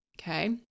Okay